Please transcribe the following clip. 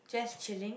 just chilling